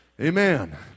Amen